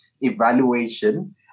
evaluation